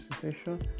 situation